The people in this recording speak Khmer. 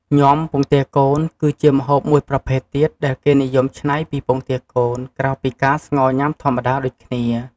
ញាំពងទាកូន គឺជាម្ហូបមួយប្រភេទទៀតដែលគេនិយមច្នៃពីពងទាកូន ក្រៅពីការស្ងោរញ៉ាំធម្មតាដូចគ្នា។